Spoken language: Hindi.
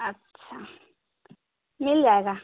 अच्छा मिल जाएगा